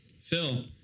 Phil